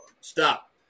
Stop